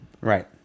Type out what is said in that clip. right